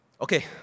Okay